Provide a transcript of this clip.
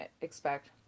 expect